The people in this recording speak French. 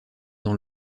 dans